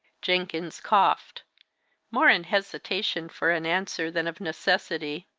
jenkins coughed more in hesitation for an answer, than of necessity.